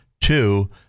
Two